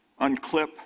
unclip